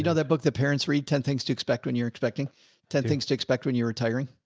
you know that book, the parents read ten things to expect when you're expecting ten things to expect when you're retiring.